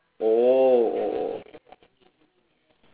oh oh oh oh